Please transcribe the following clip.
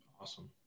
Awesome